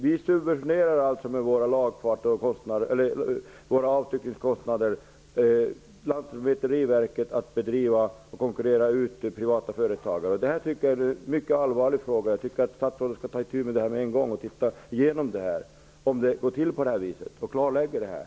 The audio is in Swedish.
Vi subventionerar alltså med våra avstyckningskostnader den verksamhet Lantmäteriverket bedriver och som konkurrerar ut privata företagare. Jag tycker att detta är en mycket allvarlig fråga. Statsrådet bör ta itu med detta med en gång, undersöka om det går till på det här viset och klarlägga det hela.